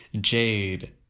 jade